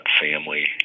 family